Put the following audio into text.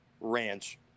ranch